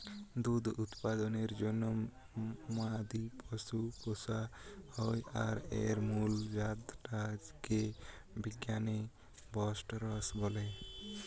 দুধ উৎপাদনের জন্যে মাদি পশু পুশা হয় আর এর মুল জাত টা কে বিজ্ঞানে বস্টরস বলে